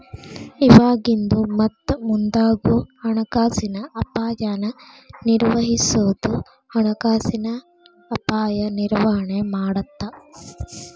ಇವಾಗಿಂದು ಮತ್ತ ಮುಂದಾಗೋ ಹಣಕಾಸಿನ ಅಪಾಯನ ನಿರ್ವಹಿಸೋದು ಹಣಕಾಸಿನ ಅಪಾಯ ನಿರ್ವಹಣೆ ಮಾಡತ್ತ